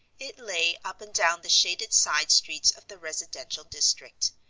it lay up and down the shaded side streets of the residential district,